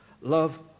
Love